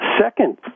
second